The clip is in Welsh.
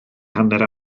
hanner